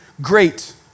great